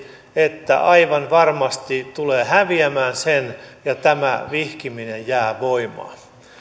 että aivan varmasti tulee häviämään sen ja tämä vihkiminen jää voimaan